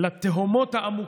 עם התנועה האסלאמית.